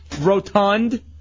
Rotund